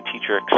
teacher